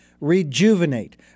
rejuvenate